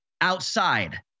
outside